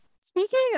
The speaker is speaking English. Speaking